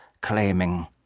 claiming